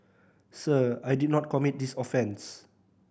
sir I did not commit this offence